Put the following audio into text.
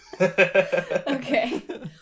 Okay